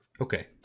Okay